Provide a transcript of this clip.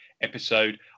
episode